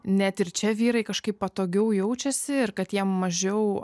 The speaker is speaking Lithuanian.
net ir čia vyrai kažkaip patogiau jaučiasi ir kad jiem mažiau